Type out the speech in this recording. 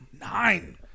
nine